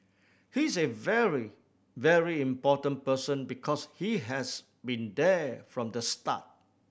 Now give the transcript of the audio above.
he's a very very important person because he has been there from the start